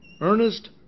Ernest